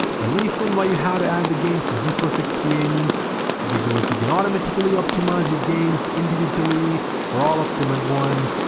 the reason why you have to add the games in geforce experience is because you can automatically optimize your games individually or all of them at once,